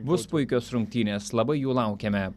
bus puikios rungtynės labai jų laukiame